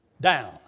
down